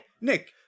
Nick